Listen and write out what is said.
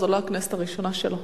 זו לא הכנסת הראשונה שלו,